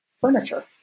furniture